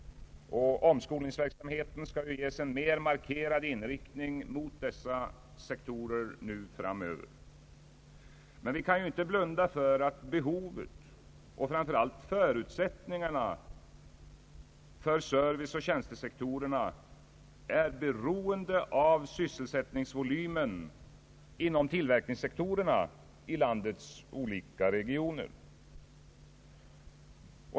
Omskolningsverksamheten skall ju ges en mer markerad inriktning mot dessa sektorer nu framöver. Men vi kan ju inte blunda för att behovet och framför allt förutsättningar na för serviceoch tjänstesektorerna är beroende av sysselsättningsvolymen inom tillverkningssektorerna i landets olika regioner.